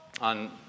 on